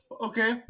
okay